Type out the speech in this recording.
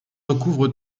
recouvre